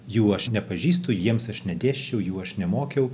jų aš nepažįstu jiems aš nedėsčiau jų aš nemokiau